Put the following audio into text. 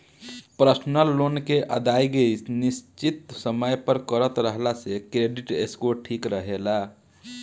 personal loan के अदायगी निसचित समय पर करत रहला से क्रेडिट स्कोर ठिक रहेला